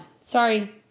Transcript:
Sorry